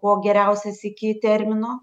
po geriausias iki termino